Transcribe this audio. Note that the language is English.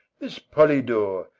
this polydore,